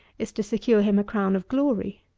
is to secure him a crown of glory.